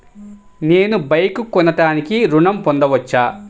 నేను బైక్ కొనటానికి ఋణం పొందవచ్చా?